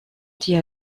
dit